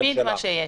זה תמיד מה שיש.